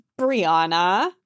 Brianna